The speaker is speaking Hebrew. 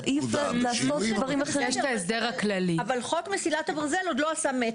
אבל חוק מסילת הברזל לא עושה מטרו.